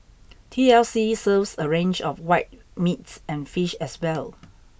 T L C serves a range of white meat and fish as well